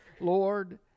lord